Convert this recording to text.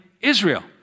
Israel